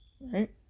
Right